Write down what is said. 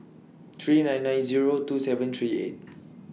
three nine nine Zero two seven three eight